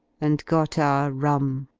and got our rum.